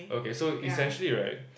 okay so essentially right